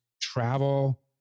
travel